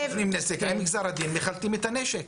עם גזר הדין מחלטים את הנשק.